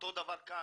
אותו דבר כאן,